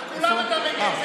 על כולם אתה מגן.